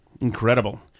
Incredible